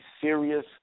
serious